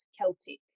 Celtic